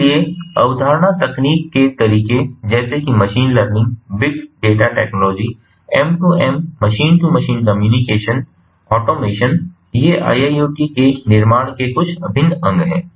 इसलिए अवधारणा तकनीक के तरीके जैसे कि machine learning big data technology M 2 M machine to machine communication automation ये IIoT के निर्माण के कुछ अभिन्न अंग हैं